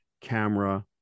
camera